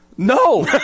No